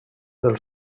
del